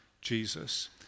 Jesus